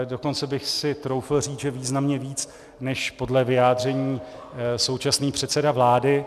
Dokonce bych si troufl říct, že významně víc než podle vyjádření současný předseda vláda.